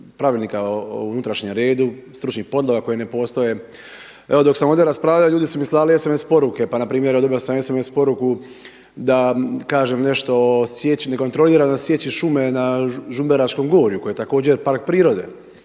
pravilnika o unutrašnjem redu, stručnih podloga koje ne postoje. Evo dok sam ovdje raspravljao ljudi mi slali SMS poruke pa npr. dobio sam SMS poruku da kažem nešto o nekontroliranoj sječi šume na Žumberačkom gorju koje je također park prirode